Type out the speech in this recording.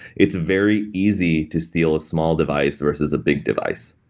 it's very easy to steal a small device versus a big device.